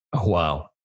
Wow